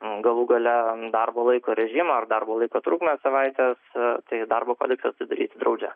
galų gale darbo laiko režimo ar darbo laiko trukmę savaitės tai darbo kodeksas tai daryti draudžia